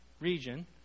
region